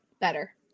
better